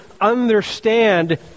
understand